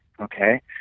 Okay